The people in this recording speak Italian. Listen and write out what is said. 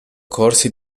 corsi